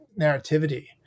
narrativity